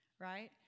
right